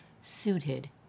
suited